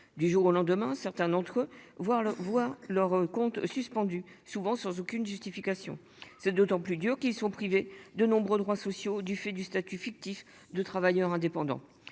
du jour au lendemain. Certains d'entre eux voire voir le voient leur compte suspendu souvent sans aucune justification. Ce d'autant plus dur, qui sont privés de nombreux droits sociaux du fait du statut fictif de travailleurs indépendant.